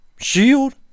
shield